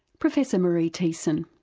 professor maree teesson.